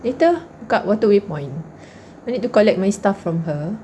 later dekat waterway point I need to collect my stuff from her